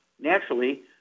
naturally